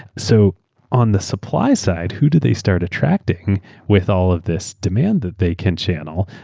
so on the supply side, who did they start attracting with all of this demand that they can channel?